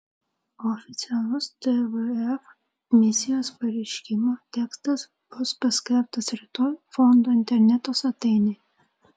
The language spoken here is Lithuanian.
oficialus tvf misijos pareiškimo tekstas bus paskelbtas rytoj fondo interneto svetainėje